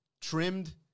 trimmed